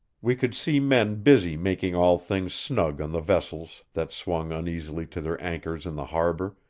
we could see men busy making all things snug on the vessels that swung uneasily to their anchors in the harbor,